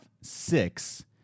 six